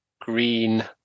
green